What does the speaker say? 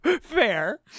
fair